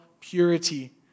purity